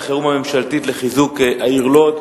4076 ו-4082 בנושא: תוכנית החירום הממשלתית לחיזוק העיר לוד.